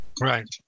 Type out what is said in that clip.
Right